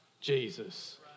Jesus